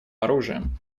оружием